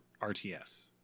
RTS